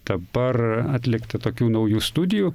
dabar atlikta tokių naujų studijų